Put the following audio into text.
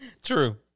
True